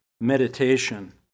meditation